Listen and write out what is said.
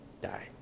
Die